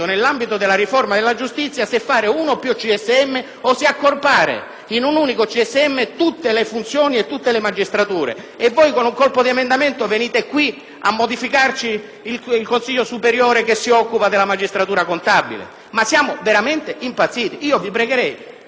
in un unico CSM tutte le funzioni e tutte le magistrature, e voi, con un colpo di emendamento, venite qui a modificare il consiglio superiore che si occupa della magistratura contabile? Siamo veramente impazziti? È veramente una follia! Tornate indietro su questo articolo!